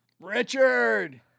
Richard